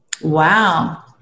wow